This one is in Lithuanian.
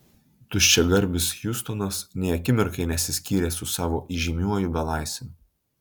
tuščiagarbis hiustonas nė akimirkai nesiskyrė su savo įžymiuoju belaisviu